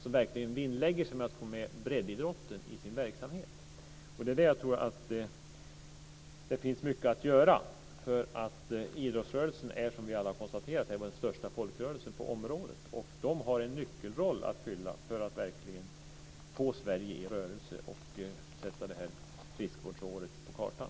De verkligen vinnlägger sig om att få med breddidrotten i sin verksamhet. Jag tror att det finns mycket att göra. Idrottsrörelsen är, som vi alla har konstaterat, vår största folkrörelse på området. Den har en nyckelroll att fylla för att verkligen få Sverige i rörelse och sätta friskvårdsåret på kartan.